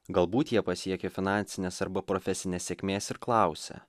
galbūt jie pasiekę finansinės arba profesinės sėkmės ir klausia